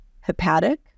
hepatic